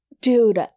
dude